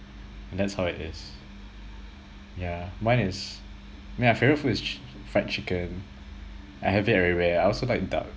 and that's how it is yeah mine is I mean my favourite food is fried chicken I have it everywhere I also like duck